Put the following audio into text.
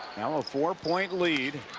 now a four point lead.